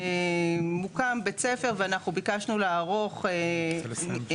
מוקם בית ספר ואנחנו ביקשנו לערוך שינויים,